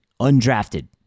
undrafted